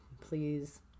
please